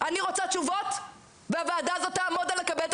אני רוצה תשובות והוועדה הזאת תעמוד על לקבל את